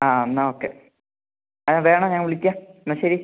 ആ എന്നാൽ ഓക്കേ ആ വേണം ഞാൻ വിളിക്കാം എന്നാൽ ശരി